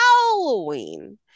halloween